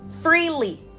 freely